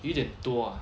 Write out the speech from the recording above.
有一点多啊